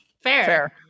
fair